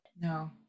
No